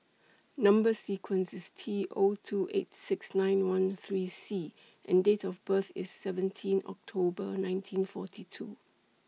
Number sequence IS T O two eight six nine one three C and Date of birth IS seventeen October nineteen forty two